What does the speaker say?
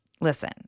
Listen